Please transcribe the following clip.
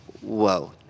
Whoa